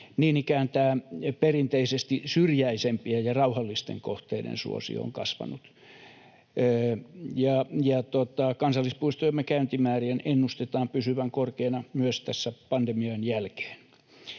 Niin ikään tämä perinteisesti syrjäisempien ja rauhallisten kohteiden suosio on kasvanut. Kansallispuistojemme käyntimäärien ennustetaan pysyvän korkeina myös tässä pandemian jälkeen.